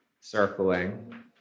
circling